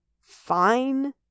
fine